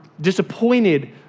disappointed